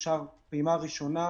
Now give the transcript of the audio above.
אושרה פעימה ראשונה,